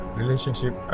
relationship